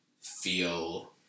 feel